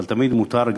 אבל תמיד מותר,